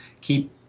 keep